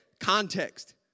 context